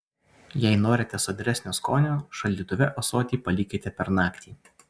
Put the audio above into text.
jei norite sodresnio skonio šaldytuve ąsotį palikite per naktį